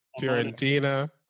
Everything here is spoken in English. Fiorentina